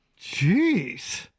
Jeez